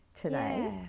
today